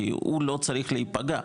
כי הוא לא צריך להיפגע.